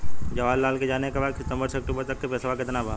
जवाहिर लाल के जाने के बा की सितंबर से अक्टूबर तक के पेसवा कितना बा?